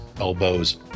elbows